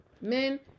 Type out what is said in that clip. Men